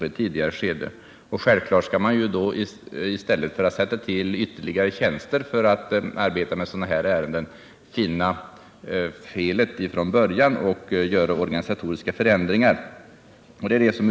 I stället för att tillsätta ytterligare tjänster för att kunna arbeta med ärenden av det här slaget skall man självfallet försöka finna orsakerna till att de uppstår och göra organisatoriska förändringar, vilket utskottet också har framhållit.